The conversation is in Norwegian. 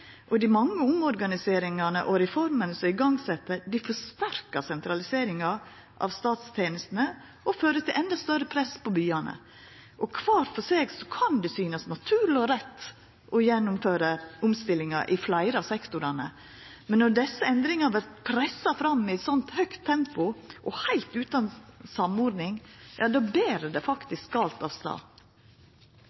Dei mange omorganiseringane og reformene som er sette i gang, forsterkar sentraliseringa av statstenestene og fører til endå større press på byane. Kvar for seg kan det synast naturleg og rett å gjennomføra omstilling i fleire av sektorane, men når desse endringane vert pressa fram i eit høgt tempo og heilt utan samordning, ber det faktisk galt av stad. Det